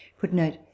Footnote